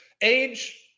Age